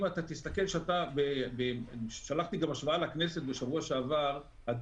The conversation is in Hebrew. אני שלחתי בשבוע שעבר השוואה לכנסת והראיתי